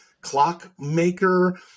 clockmaker